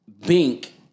Bink